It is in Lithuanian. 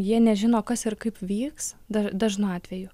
jie nežino kas ir kaip vyks daž dažnu atveju